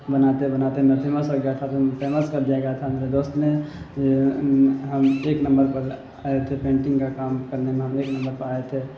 بناتے بناتے میں پھیمس ہو گیا تھا فیمس کر دیا گیا تھا میرے دوست نے ہم ایک نمبر پر آئے تھے پینٹنگ کا کام کرنے میں ہم ایک نمبر پر آئے تھے